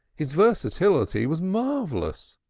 his versatility was marvellous.